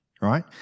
right